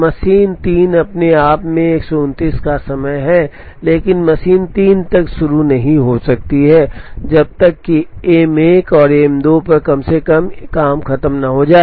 machine 3 अपने आप में 129 का समय है लेकिन मशीन 3 तब तक शुरू नहीं हो सकती जब तक कि एम 1 और एम 2 पर कम से कम एक काम खत्म न हो जाए